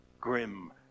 grim